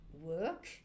work